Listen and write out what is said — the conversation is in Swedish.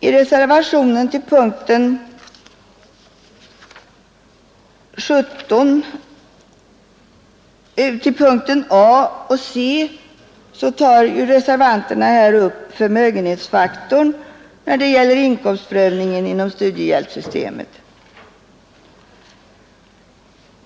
I reservationerna vid punkterna A och C tar reservanterna upp förmögenhetsfaktorn när det gäller inkomstprövningen inom studiehjälpssystemet.